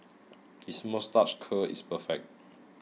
his moustache curl is perfect